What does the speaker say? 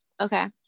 Okay